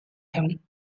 him